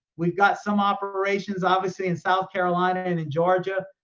we've got some operations obviously in south carolina and in georgia.